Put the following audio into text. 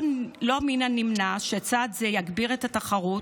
לא מן הנמנע שצעד זה יגביר גם את התחרות: